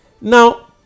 Now